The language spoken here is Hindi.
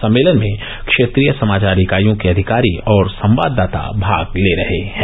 सम्मेलन में क्षेत्रीय समाचार इकाइयों के अधिकारी और संवाददाता भाग ले रहे हैं